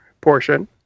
portion